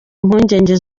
impungenge